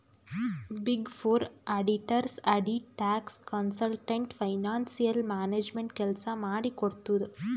big four auditors audit, tax, consultant, financial management ಕೆಲ್ಸ ಮಾಡಿ ಕೊಡ್ತುದ್